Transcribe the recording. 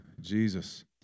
Jesus